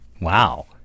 Wow